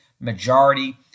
majority